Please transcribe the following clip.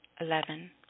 eleven